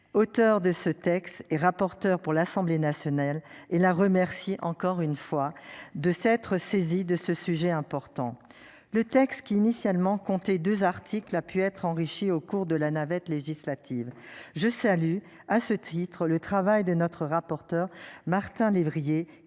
auteur de ce texte et rapporteur pour l'Assemblée nationale et la. Encore une fois, de s'être saisi de ce sujet important, le texte qu'initialement compter 2 articles a pu être enrichi au cours de la navette législative. Je salue à ce titre, le travail de notre rapporteure Martin lévrier